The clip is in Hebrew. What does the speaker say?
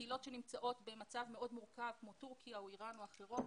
קהילות שנמצאות במצב מאוד מורכב כמו תורכיה או אירן או אחרות,